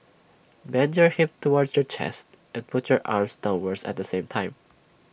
bend your hip towards your chest and pull your arms downwards at the same time